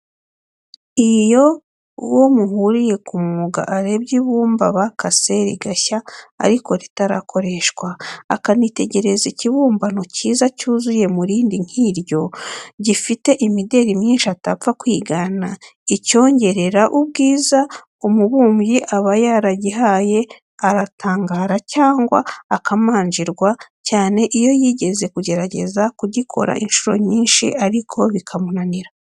Iyo uwo muhuriye ku mwuga arebye ibumba bakase, rigashya ariko ritarakoreshwa; akanitegereza ikibumbano cyiza cyavuye mu rindi nk'iryo, gifite imideri myinshi atapfa kwigana, icyongerera ubwiza umubumbyi aba yaragihaye; aratangara cyangwa akamanjirwa, cyane iyo yigeze kugerageza kugikora inshuro nyinshi ariko bikamunanira.